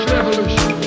Revolution